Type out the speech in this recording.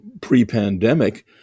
pre-pandemic